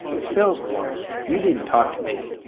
estelle's the one. you needn't talk to me.